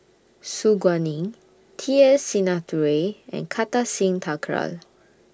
Su Guaning T S Sinnathuray and Kartar Singh Thakral